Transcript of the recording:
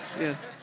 Yes